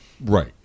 right